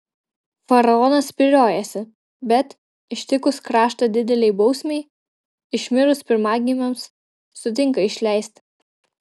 faraonas spyriojasi bet ištikus kraštą didelei bausmei išmirus pirmagimiams sutinka išleisti